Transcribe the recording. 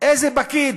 איזה פקיד,